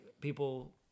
people